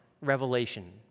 revelation